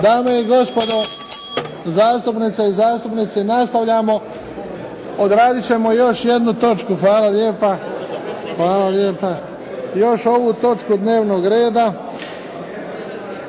Dame i gospodo zastupnice i zastupnici, nastavljamo. Odradit ćemo još jednu točku. Hvala lijepa. Još ovu točku dnevnog reda.